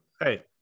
Hey